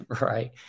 right